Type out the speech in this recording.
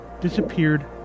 disappeared